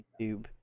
YouTube